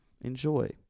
Enjoy